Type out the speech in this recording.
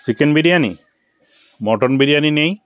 chicken biryani mutton biryani নেই